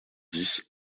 dix